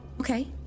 Okay